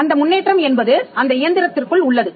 அந்த முன்னேற்றம் என்பது அந்த இயந்திரத்திற்குள் உள்ளது